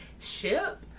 ship